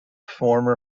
former